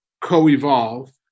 co-evolve